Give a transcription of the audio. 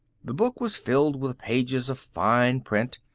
the book was filled with pages of fine print,